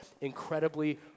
incredibly